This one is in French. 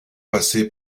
passé